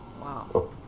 Wow